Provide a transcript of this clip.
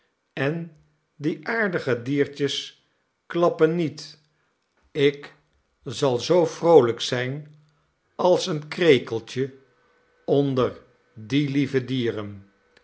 en die aardige diertjes klappen niet ik zal zoo vroolijk zijn als een krekeltje onder die lieve dieren